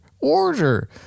Order